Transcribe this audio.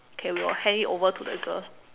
okay we will hand it over to the girl